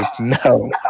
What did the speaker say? no